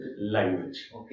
language